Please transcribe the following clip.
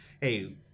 hey